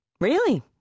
Really